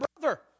brother